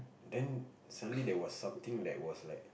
then suddenly there was something that was like